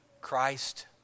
Christ